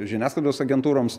ir žiniasklaidos agentūroms